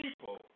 people